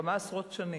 כמה עשרות שנים.